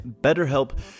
BetterHelp